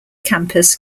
campus